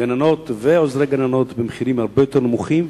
גננות ועוזרות גננות במחירים הרבה יותר נמוכים,